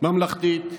ממלכתית